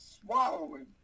swallowing